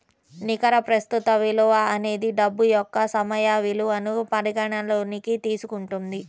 నికర ప్రస్తుత విలువ అనేది డబ్బు యొక్క సమయ విలువను పరిగణనలోకి తీసుకుంటుంది